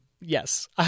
Yes